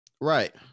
Right